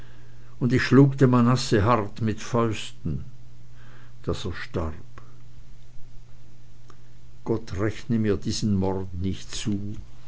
und ich schlug den manasse hart mit fausten daß er starb gott rechne mir diesen mord nicht zu